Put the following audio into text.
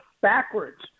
backwards